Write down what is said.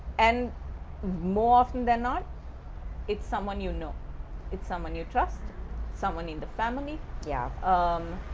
and more often than not it's someone you know it's someone you trust someone in the family. yeah umm.